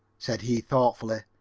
said he thoughtfully,